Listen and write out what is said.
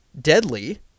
deadly